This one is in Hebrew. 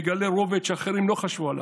מגלה רובד שאחרים לא חשבו עליו,